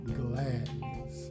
gladness